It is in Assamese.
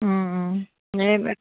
এই